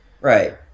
Right